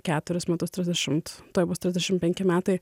keturis metus trisdešimt tuoj bus trisdešimt penki metai